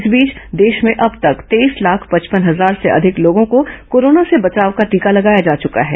इस बीच देश में अब तक तेईस लाख पचपन हजार से अधिक लोगों को कोरोना से बचाव का टीका लगाया जा चुका है